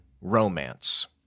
romance